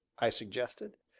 i suggested.